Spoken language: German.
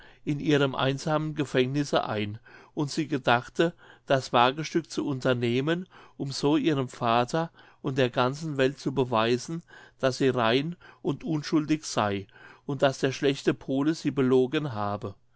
in ihrem einsamen gefängnisse ein und sie gedachte das wagestück zu unternehmen um so ihrem vater und der ganzen welt zu beweisen daß sie rein und unschuldig sey und daß der schlechte pole sie belogen habe